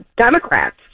Democrats